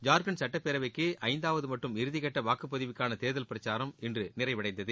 ஜார்க்கண்ட் சட்டப்பேரவைக்கு ஐந்தாவது மற்றும் இறுதிக்கட்ட வாக்குப்பதிக்காள தேர்தல் பிரச்சாரம் இன்று நிறைவடைந்தது